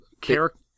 Character